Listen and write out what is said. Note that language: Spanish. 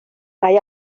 hay